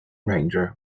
ranger